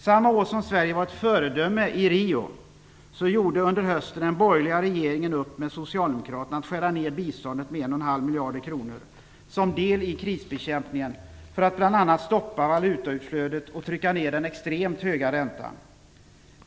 Samma år som Sverige var ett föredöme i Rio, gjorde under hösten den borgerliga regeringen upp med Socialdemokraterna om att skära ned biståndet med 1,5 miljarder kronor som en del i krisbekämpningen, bl.a. för att stoppa valutautflödet och trycka ned den extremt höga räntan.